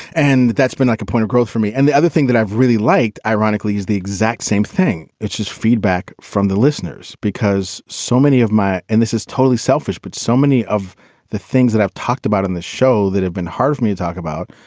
and that's been like a point of growth for me. and the other thing that i've really liked, ironically, is the exact same thing it's just feedback from the listeners because so many of my. and this is totally selfish, but so many of the things that i've talked about in the show that have been hard for me to talk about,